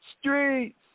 Streets